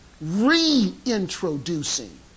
reintroducing